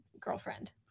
girlfriend